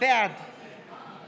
בעד